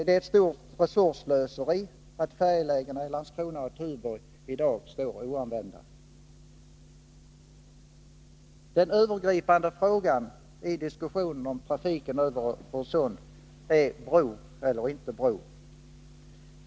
Det är ett stort resursslöseri att färjelägena i Landskrona och Tuborg i dag står oanvända. Den övergripande frågan i diskussionen om trafiken över Öresund är: Bro eller inte bro?